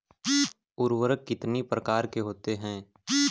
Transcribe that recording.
उर्वरक कितनी प्रकार के होते हैं?